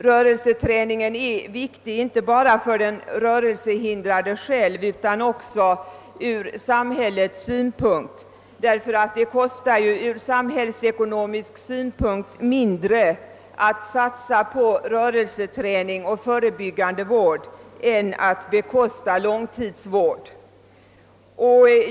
Rörelseträningen är viktig inte bara för den rörelsehindrade själv utan också från samhällets synpunkt, eftersom det samhällsekonomiskt kostar mindre att satsa på rörelseträning och förebyggande vård än att bekosta långtidsvård.